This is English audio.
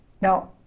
Now